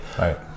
Right